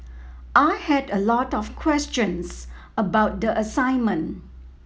I had a lot of questions about the assignment